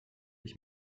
ich